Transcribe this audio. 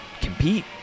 compete